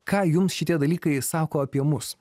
ką jums šitie dalykai sako apie mus